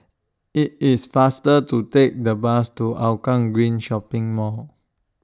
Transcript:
IT IS faster to Take The Bus to Hougang Green Shopping Mall